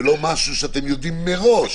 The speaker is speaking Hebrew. ולא משהו שאתם יודעים מראש